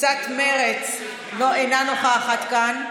קבוצת מרצ, אינה נוכחת כאן.